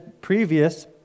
previous